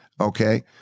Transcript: okay